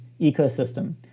ecosystem